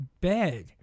bed